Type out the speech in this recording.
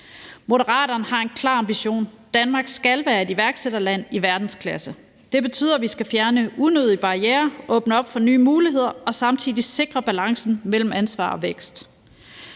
Moderaterne har en klar ambition: Danmark skal være et iværksætterland i verdensklasse. Det betyder, at vi skal fjerne unødige barrierer, åbne op for nye muligheder og samtidig sikre balancen mellem ansvar og vækst.